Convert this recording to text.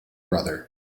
brother